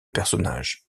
personnage